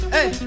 Hey